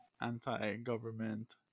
anti-government